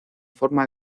forma